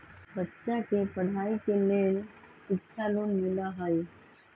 बच्चा के पढ़ाई के लेर शिक्षा लोन मिलहई?